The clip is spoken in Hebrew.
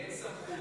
אין סמכות.